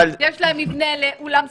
יש להם מתווה לאולם סגור,